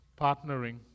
partnering